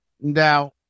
now